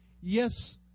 yes